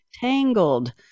tangled